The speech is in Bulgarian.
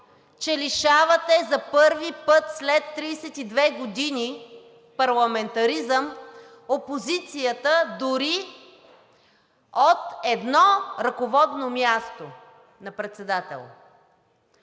опозицията – за първи път след 32 години парламентаризъм – дори от едно ръководно място на председател.